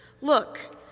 Look